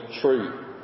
true